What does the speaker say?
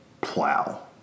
plow